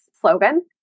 slogan